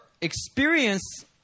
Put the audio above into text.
experience